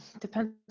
Depends